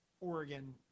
Oregon